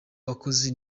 bakozi